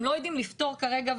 הם לא יודעים לפתור כרגע,